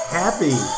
happy